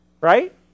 Right